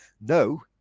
No